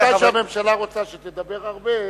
מתי שהממשלה רוצה שתדבר הרבה,